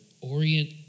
orient